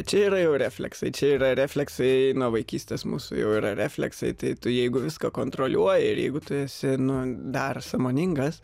čia yra jau refleksai čia yra refleksai nuo vaikystės mūsų jau yra refleksai tai tu jeigu viską kontroliuoji ir jeigu tu esi nu dar sąmoningas